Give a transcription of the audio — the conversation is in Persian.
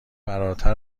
فراتر